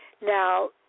Now